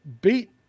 beat